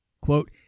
quote